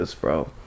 bro